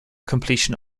completion